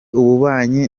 ububanyi